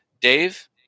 Dave